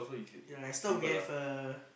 ya as long we have a